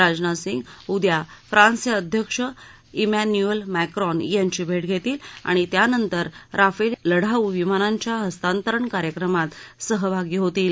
राजनाथ सिंग उद्या फ्रान्सचे अध्यक्ष मॅन्युएल मॅक्रॉन यांची भेट घेतील आणि त्यानंतर राफेल या लढाऊ विमानांच्या हस्तांतरण कार्यक्रमात सहभागी होतील